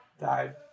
died